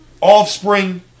offspring